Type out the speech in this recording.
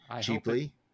cheaply